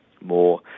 more